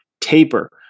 taper